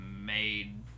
made